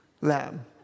lamb